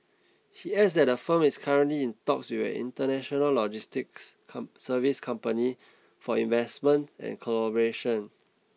he adds that the firm is currently in talks with an international logistics services company for investment and collaboration